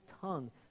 tongue